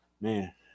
man